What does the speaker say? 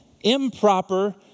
improper